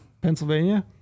pennsylvania